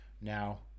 Now